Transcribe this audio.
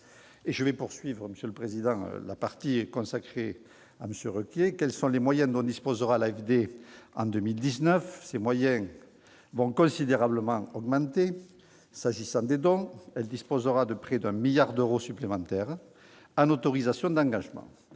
en prie, monsieur le rapporteur spécial. Quels sont les moyens dont disposera l'AFD en 2019 ? Ces moyens vont considérablement augmenter. S'agissant des dons, l'AFD disposera de près d'un milliard d'euros supplémentaires en autorisations d'engagement.